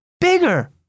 Bigger